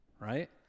right